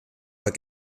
oder